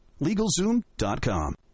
LegalZoom.com